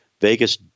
Vegas